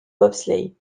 bobsleigh